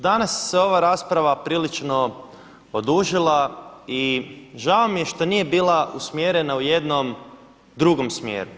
Danas se ova rasprava prilično odužila i žao mi je što nije bila usmjerena u jednom drugom smjeru.